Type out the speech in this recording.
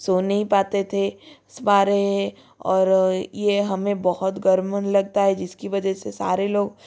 सो नहीं पाते थे सूबह रहे है और ये हमें बहुत गर्म लगता है जिसकी वजह से सारे लोग